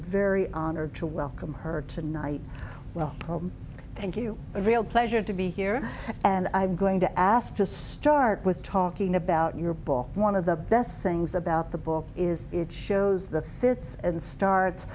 very honored to welcome heard tonight well home thank you a real pleasure to be here and i'm going to ask to start with talking about your book one of the best things about the book is it shows the fits and starts